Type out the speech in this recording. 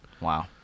Wow